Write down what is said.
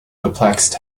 perplexed